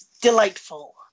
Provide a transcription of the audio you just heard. delightful